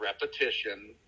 repetition